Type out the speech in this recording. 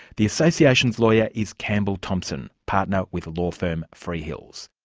the association's lawyer is campbell thompson, partner with law firm freehills.